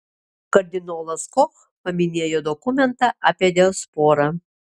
kardinolas koch paminėjo dokumentą apie diasporą